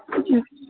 جی